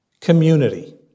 Community